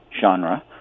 genre